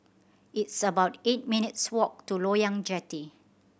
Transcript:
it's about eight minutes' walk to Loyang Jetty